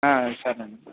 సరే అండి